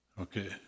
Okay